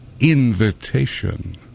invitation